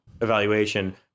evaluation